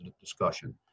discussion